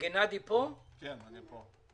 גנאדי קמינסקי נמצא פה?